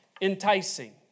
enticing